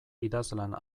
idazlan